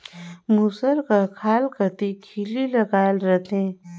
मूसर कर खाल कती खीली लगाए रहथे